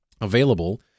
available